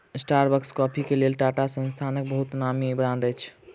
Starbucks coffee के लेल टाटा संस्थानक बहुत नामी ब्रांड अछि